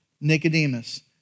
Nicodemus